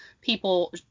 people